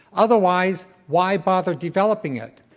otherwise, why bother developing it?